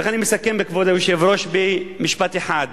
ולכן אני מסכם במשפט אחד,